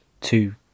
two